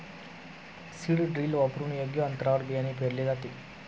seed drill वापरून योग्य अंतरावर बियाणे पेरले जाते